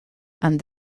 and